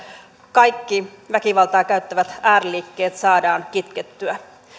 kaikki väkivaltaa käyttävät ääriliikkeet saadaan kitkettyä